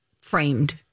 Framed